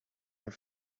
were